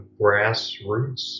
grassroots